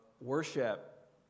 worship